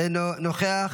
אינו נוכח,